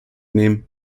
nehmen